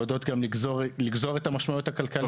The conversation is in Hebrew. ויודעות גם לגזור את המשמעויות הכלכליות.